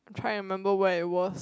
try and remember where it was